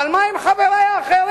אבל מה עם חברי האחרים?